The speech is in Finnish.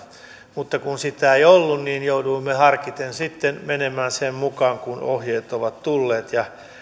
mutta kun sitä ei ollut niin jouduimme harkiten sitten menemään sen mukaan kuin ohjeet ovat tulleet ja